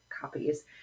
copies